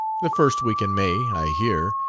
the first week in may, i hear.